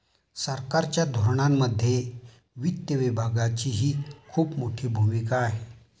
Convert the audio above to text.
सरकारच्या धोरणांमध्ये वित्त विभागाचीही खूप मोठी भूमिका आहे